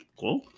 Cool